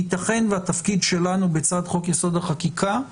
ייתכן והתפקיד שלנו בצד חוק יסוד: החקיקה,